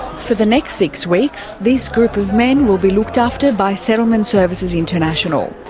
for the next six weeks this group of men will be looked after by settlement services international.